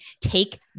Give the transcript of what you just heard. take